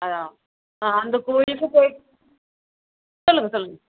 அதான் அந்த கோயிலுக்கு போயிட்டு சொல்லுங்கள் சொல்லுங்கள்